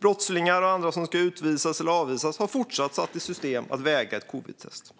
Brottslingar och andra som ska utvisas eller avvisas har fortsatt att sätta i system att vägra ett covidtest.